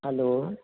hello